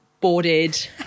boarded